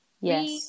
Yes